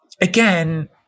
again